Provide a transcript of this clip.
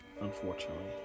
unfortunately